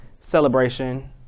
celebration